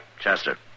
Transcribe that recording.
Chester